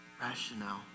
rationale